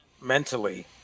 mentally